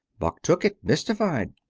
buck took it, mystified.